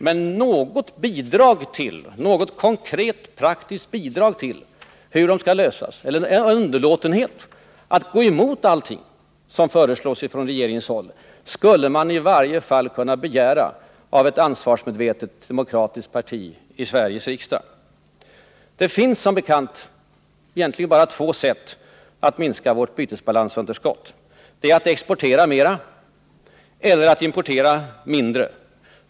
Men något konkret praktiskt bidrag till hur de skall lösas, eller underlåtenhet att gå emot allt som föreslås från regeringens håll, skulle man i varje fall kunna begära av ett ansvarsmedvetet demokratiskt parti i Sveriges riksdag. Det finns, som bekant, egentligen bara två sätt att minska vårt bytesbalansunderskott: att exportera mera eller att importera mindre.